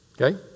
Okay